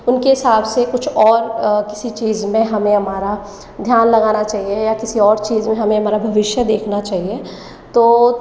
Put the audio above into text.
उनके हिसाब से कुछ और किसी चीज़ में हमें हमारा ध्यान लगाना चाहिए या किसी और चीज़ में हमें हमारा भविष्य देखना चाहिए तो